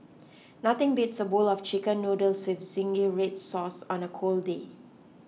nothing beats a bowl of Chicken Noodles with Zingy Red Sauce on a cold day